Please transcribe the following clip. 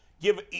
give